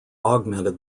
augmented